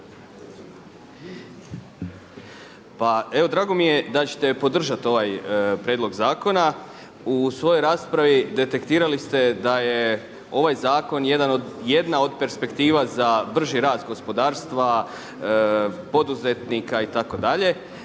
pa evo drago mi je da ćete podržati ovaj prijedlog zakona. U svojoj raspravi detektirali ste da je ovaj zakon jedna od perspektiva za brži rast gospodarstva, poduzetnika itd. Dali